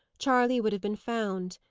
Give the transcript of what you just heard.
charley would have been found.